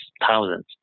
thousands